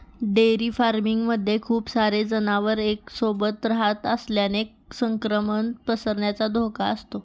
dairy farming मध्ये खूप सारे जनावर एक सोबत रहात असल्याने संक्रमण पसरण्याचा धोका असतो